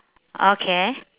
okay